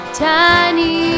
tiny